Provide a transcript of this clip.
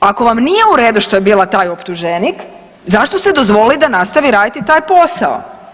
Ako vam nije u redu što je bila taj optuženik zašto ste dozvolili da nastavi raditi taj posao.